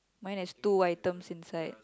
mine has two items inside